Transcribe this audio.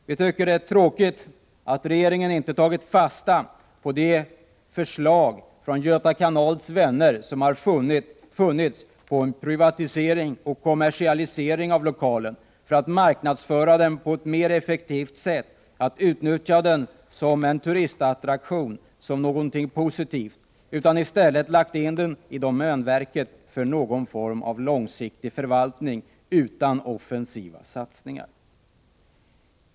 Vi tycker att det är tråkigt att regeringen inte tagit fasta på de förslag som har funnits från Göta Kanals Vänner på en privatisering och kommersialisering av kanalen för att marknadsföra den på ett mer effektivt sätt och utnyttja den som turistattraktion, som någonting positivt. I stället har man lagt in den i domänverket för någon form av långsiktig förvaltning utan offensiva satsningar.